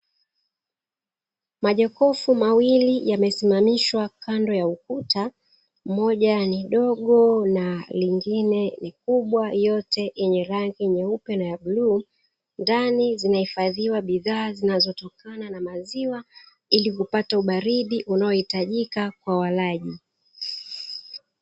Majokofu mawili yamesimamishwa kando ya ukuta (moja ni dogo na lingine ni kubwa) yote yenye rangi nyeupe na ya bluu. Ndani zinahifadhiwa bidhaa zinazotokana na maziwa ili kupata ubaridi unaohitajika kwa walaji.